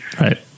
Right